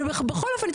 ובכל אופן,